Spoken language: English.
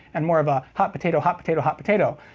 and more of a hot-potato hot-potato hot potato,